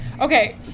Okay